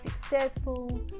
successful